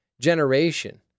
generation